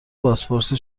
بازپرسی